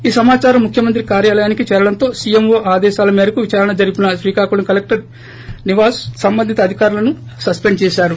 ఈ సమాచారం ముఖ్యమంత్రి కార్యాలయానికి చేరడంతో సీఎంఓ ఆదేశాల మేరకు విచారణ జరిపిన శ్రీకాకుళం కలెక్టర్ నివాస్ సంబంధిత అధికారులను సస్పెండ్ చేశారు